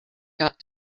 got